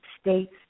states